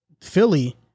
Philly